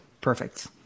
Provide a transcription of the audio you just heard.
perfect